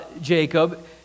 Jacob